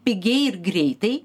pigiai ir greitai